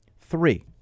three